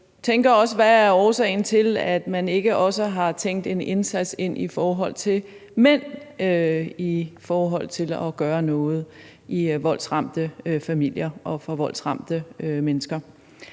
Hvad er årsagen til, at man ikke også har tænkt en indsats ind i forhold til mænd i forhold til at gøre noget i voldsramte familier og for voldsramte mennesker?